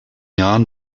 jahren